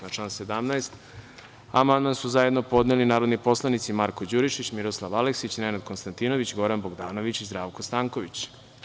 Na član 17. amandman su zajedno podneli narodni poslanici Marko Đurišić, Miroslav Aleksić, Nenad Konstantinović, Goran Bogdanović i Zdravko Stanković.